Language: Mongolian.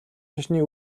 шашны